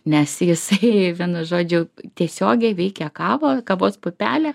nes jisai vienu žodžiu tiesiogiai veikia kavą kavos pupelę